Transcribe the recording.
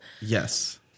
Yes